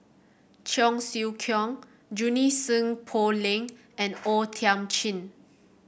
Cheong Siew Keong Junie Sng Poh Leng and O Thiam Chin